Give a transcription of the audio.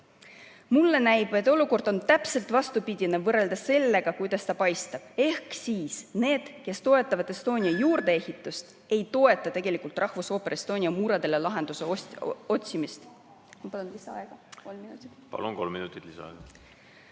Mulle näib, et olukord on täpselt vastupidine võrreldes sellega, kuidas see paistab. Ehk siis need, kes toetavad Estonia juurdeehitist, ei toeta tegelikult Rahvusooper Estonia muredele lahenduse otsimist. Ma palun lisaaega